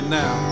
now